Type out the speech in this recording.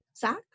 Zach